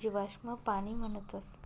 जीवाश्म पाणी म्हणतस